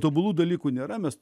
tobulų dalykų nėra mes